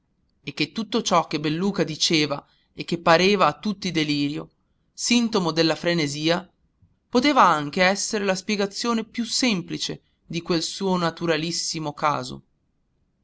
e che tutto ciò che belluca diceva e che pareva a tutti delirio sintomo della frenesia poteva anche essere la spiegazione più semplice di quel suo naturalissimo caso